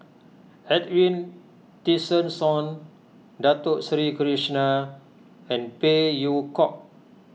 Edwin Tessensohn Dato Sri Krishna and Phey Yew Kok